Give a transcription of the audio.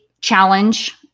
challenge